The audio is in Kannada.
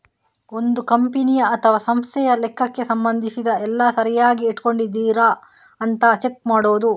ಒಂದು ಕಂಪನಿ ಅಥವಾ ಸಂಸ್ಥೆಯ ಲೆಕ್ಕಕ್ಕೆ ಸಂಬಂಧಿಸಿದ ಎಲ್ಲ ಸರಿಯಾಗಿ ಇಟ್ಕೊಂಡಿದರಾ ಅಂತ ಚೆಕ್ ಮಾಡುದು